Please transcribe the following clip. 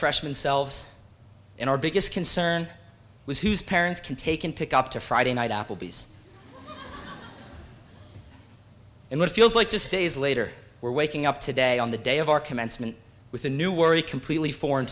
freshman selves in our biggest concern was whose parents can take and pick up the friday night applebee's and what feels like just days later we're waking up today on the day of our commencement with a new worry completely foreign